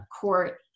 court